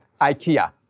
IKEA